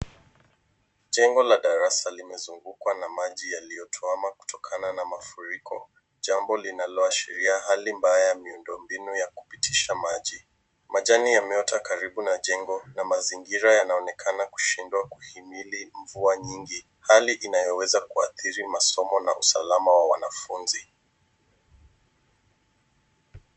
Jengo la darasa limezungukwa na maji yaliyotuama kutokana na mafuriko, jambo linaloashiria hali mbaya ya miundombinu ya kupitisha maji. Majani yameota karibu na jengo na mazingira yanaonekana kushindwa kuhimili mvua nyingi, hali inayoweza kuathiri masomo na usalama wa wanafunzi.